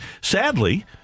Sadly